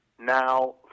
now